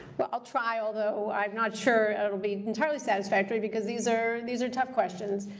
well, i'll try. although, i'm not sure it'll be entirely satisfactory, because these are these are tough questions.